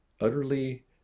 Utterly